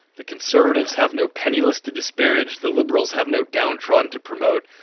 the conservatives have no penniless to disparage, the liberals have no downtrodden to promote,